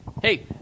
Hey